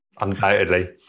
undoubtedly